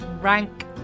rank